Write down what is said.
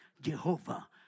Jehovah